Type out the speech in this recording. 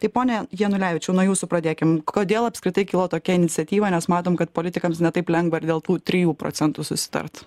tai pone janulevičiau nuo jūsų pradėkim kodėl apskritai kilo tokia iniciatyva nes matom kad politikams ne taip lengva ir dėl tų trijų procentų susitart